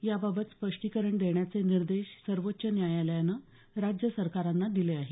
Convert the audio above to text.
याबाबत स्पष्टीकरण देण्याचे निर्देश सर्वोच्च न्यायालयानं राज्य सरकारांना दिले आहेत